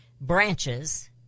branches